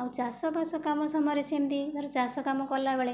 ଆଉ ଚାଷବାସ କାମ ସମୟରେ ସେମିତି ଘରେ ଚାଷକାମ କଲାବେଳେ